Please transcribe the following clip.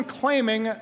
claiming